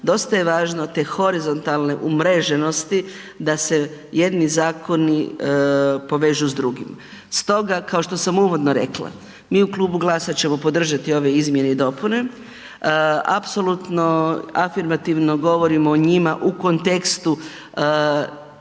Dosta je važno te horizontalne umreženosti, da se jedni zakoni povežu s drugima. Stoga, kao što sam uvodno rekla, mi u Klubu GLAS-a ćemo podržati ove izmjene i dopune. Apsolutno afirmativno govorimo o njima u kontekstu